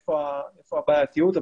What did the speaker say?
ונאמר היכן הבעייתיות,